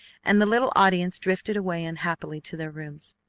and the little audience drifted away unhappily to their rooms.